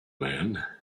man